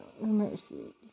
mercy